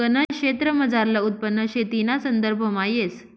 गनज क्षेत्रमझारलं उत्पन्न शेतीना संदर्भामा येस